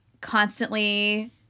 constantly